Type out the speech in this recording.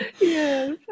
yes